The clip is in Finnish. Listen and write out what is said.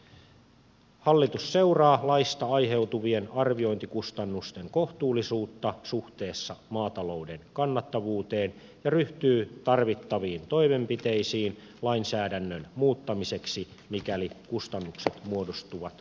eduskunta edellyttää että hallitus seuraa laista aiheutuvien arviointikustannusten kohtuullisuutta suhteessa maatalouden kannattavuuteen ja ryhtyy tarvittaviin toimenpiteisiin lainsäädännön muuttamiseksi mikäli kustannukset muodostuvat